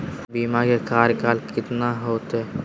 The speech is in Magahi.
बीमा के कार्यकाल कितना होते?